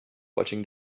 watching